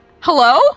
Hello